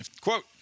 Quote